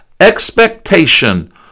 expectation